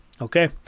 Okay